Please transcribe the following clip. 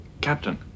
Captain